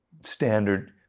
standard